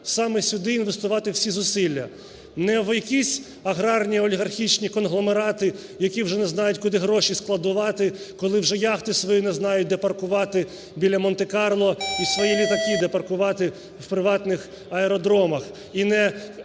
саме сюди інвестувати всі зусилля, не в якісь аграрні олігархічні конгломерати, які вже не знають куди гроші складувати, коли вже яхти свої не знають, де паркувати біля Монте-Карло, і свої літаки де паркувати в приватних аеродромах,